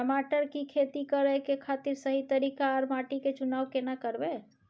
टमाटर की खेती करै के खातिर सही तरीका आर माटी के चुनाव केना करबै?